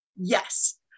Yes